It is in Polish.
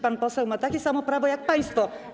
Pan poseł ma takie samo prawo jak państwo.